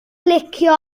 licio